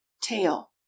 tail